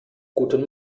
guten